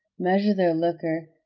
measure their liquor,